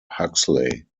huxley